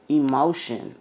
emotion